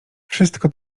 wszystko